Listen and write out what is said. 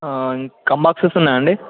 కమ్బాక్సెస్ ఉన్నాయండీ